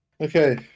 okay